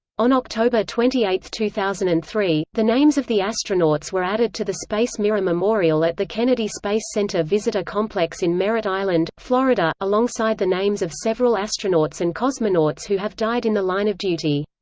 on october twenty eight, two thousand and three, the names of the astronauts were added to the space mirror memorial at the kennedy space center visitor complex in merritt island, florida, alongside the names of several astronauts and cosmonauts who have died in the line of duty.